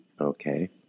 Okay